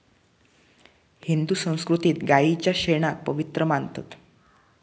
हिंदू संस्कृतीत गायीच्या शेणाक पवित्र मानतत